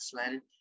excellent